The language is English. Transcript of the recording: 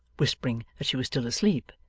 whispering that she was still asleep,